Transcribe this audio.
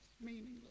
meaningless